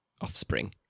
offspring